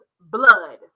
blood